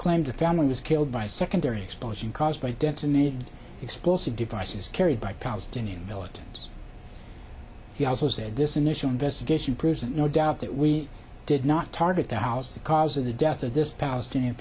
claimed the family was killed by secondary explosion caused by detonated the explosive devices carried by palestinian militants he also said this initial investigation proves it no doubt that we did not target the house the cause of the death of this palestinian